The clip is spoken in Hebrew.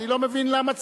אני לא מבין למה צריך.